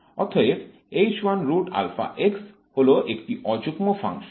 অতএব হল একটি অযুগ্ম ফাংশন